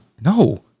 No